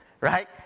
right